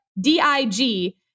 D-I-G